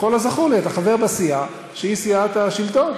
ככל הזכור לי, אתה חבר בסיעה שהיא סיעת השלטון.